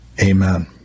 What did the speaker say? Amen